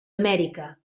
amèrica